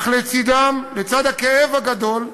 אך לצד הכאב הגדול,